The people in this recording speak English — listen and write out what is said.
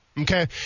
Okay